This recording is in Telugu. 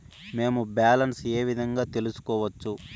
మేము బ్యాలెన్స్ ఏ విధంగా తెలుసుకోవచ్చు?